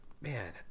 man